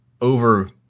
over